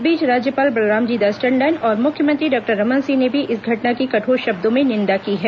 इस बीच राज्यपाल बलरामजी दास टंडन और मुख्यमंत्री डॉक्टर रमन सिंह ने भी इस घटना की कठोर शब्दों में निंदा की है